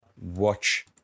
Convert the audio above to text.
watch